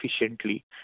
efficiently